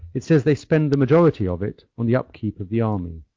it says they spend the majority of it on the upkeep of the army.